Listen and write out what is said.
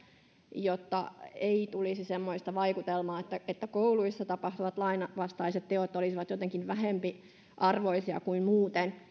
jotta ei tulisi semmoista vaikutelmaa että että kouluissa tapahtuvat lainvastaiset teot olisivat jotenkin vähempiarvoisia kuin muuten